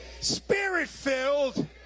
spirit-filled